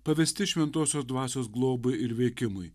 pavesti šventosios dvasios globai ir veikimui